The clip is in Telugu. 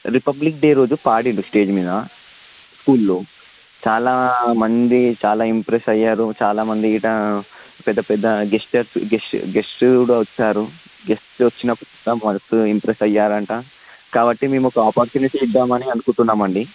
రిపబ్లిక్ డే రోజు పాడిండు స్టేజ్ మీద స్కూల్లో చాలామంది చాలా ఇంప్రెస్ అయ్యారు చాలామంది గిట్ల పెద్దపెద్ద గెస్ట్స్ గెస్ట్ గెస్ట్ కూడా వచ్చారు గెస్ట్లు వచ్చినప్పుడు కూడా వాళ్ళతో ఇంప్రెస్స్ అయ్యారంట కాబట్టి మేము ఒక ఆపర్చునిటీ ఇద్దామని అనుకుంటున్నాం అండి